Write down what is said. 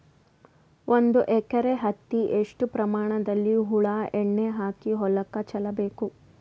ಒಂದು ಎಕರೆ ಹತ್ತಿ ಎಷ್ಟು ಪ್ರಮಾಣದಲ್ಲಿ ಹುಳ ಎಣ್ಣೆ ಹಾಕಿ ಹೊಲಕ್ಕೆ ಚಲಬೇಕು?